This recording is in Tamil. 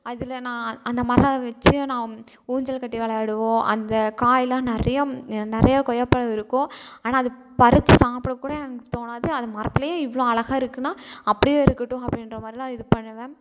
அதில் நான் அந்த மரம் வச்சு நான் ஊஞ்சல் கட்டி விளையாடுவோம் அந்த காயிலாம் நிறையா நிறையா கொய்யாப்பழம் இருக்கும் ஆனால் அது பறித்து சாப்பிட கூட எனக்கு தோணாது அதை மரத்தில் இவ்வளோ அழகாக இருக்குன்னால் அப்படியே இருக்குட்டும் அப்படின்ற மாதிரிலான் இது பண்ணுவேன்